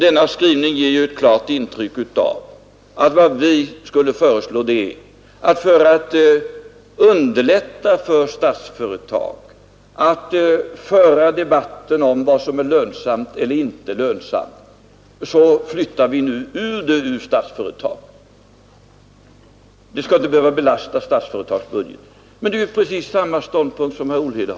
Denna skrivning ger intrycket att vi för att underlätta för Statsföretag att föra debatten om vad som är lönsamt och inte lönsamt, flyttar ut Utvecklingsbolaget ur Statsföretag; det skall inte behöva belasta Statsföretags budget. Men det är ju precis samma ståndpunkt som herr Olhede intar.